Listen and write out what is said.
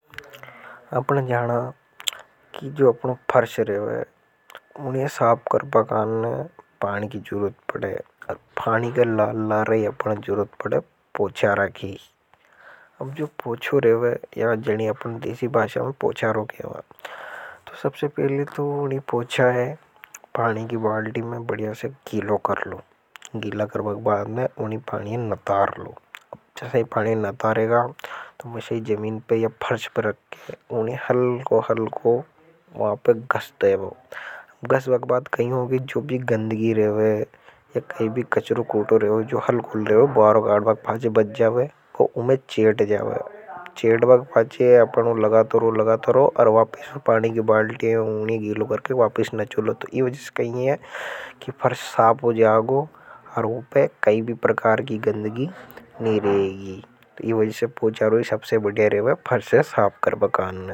आपने जाना कि जो अपने फर्ष रेवे उन्हें साप कर बा कान ने पानी की जरूरत पड़े। पानी के लाल लारे अपने जरूरत पड़े पोचारा की। अब जो पोचो रेवेै या जणि अपने देशी बाशा में पोचारो के वा। तो सबसे पहले तो उन्हें पोछा है पानी की बालटी में बढ़िया से गिलो कर लो गिला कर बग बाद में उन्हीं। पानी नतार लो अब जैसा ही पानी नतार हैगा तो मैं चाहिए जमीन पर या फर्च पर रखकर उन्हें हल्को हल्को वहाँ पर। गश तो बस वह बात कहीं होगी जो भी गंधी रेवे या कई भी कच्चरों कूटो तो रहे हो जो हल्कुल रहे हो बहुत। बावरों खड़बा के पाछे बच जावे उमे चेट जाओ चेटबा के पाछे अपनों लगाता रहो लगाता रहो और वापिस पानी के बाल। के उन्हें गेलों करके वापिस न चुलो तो यह वजह से कहीं है कि फर्स्ट साप हो जाओ और ऊपर कई भी। प्रकार की गंधगी नहीं रहेगी तो यह वजह से पूछारों ही सबसे बढ़िया रहे फर्श हेे साप कर बा काने।